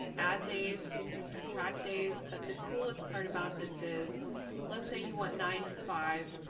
add days, you can subtract days, but the coolest part about this is let's say you want nine to five,